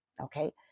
okay